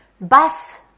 Bus